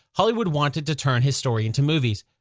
hollywood wanted to turn his story into movies.